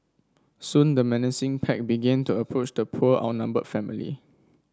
soon the menacing pack began to approach the poor outnumbered family